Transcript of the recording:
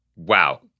Wow